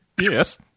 Yes